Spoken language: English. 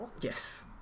Yes